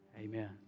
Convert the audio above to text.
Amen